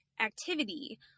activity